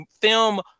film